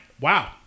Wow